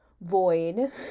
void